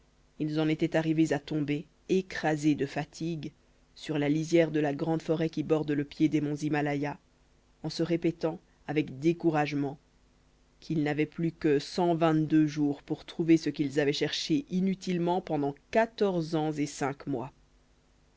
ils en étaient arrivés à tomber écrasés de fatigue sur la lisière de la grande forêt qui borde le pied des monts himalaya en se répétant avec découragement qu'ils n'avaient plus que cent vingt-deux jours pour trouver ce qu'ils avaient cherché inutilement pendant quatorze ans et cinq mois